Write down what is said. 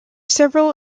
several